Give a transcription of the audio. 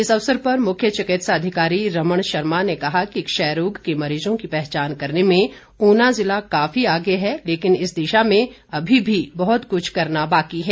इस अवसर पर मुख्य चिकित्सा अधिकारी रमण शर्मा ने कहा कि क्षयरोग के मरीजों की पहचान करने में ऊना जिला काफी आगे है लेकिन इस दिशा में अभी भी बहुत कुछ करना बाकी है